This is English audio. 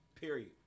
Period